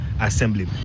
Assembly